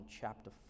chapter